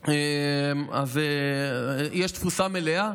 הם שיש תפוסה מלאה.